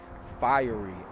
fiery